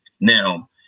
Now